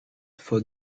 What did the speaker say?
for